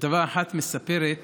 כתבה אחת מספרת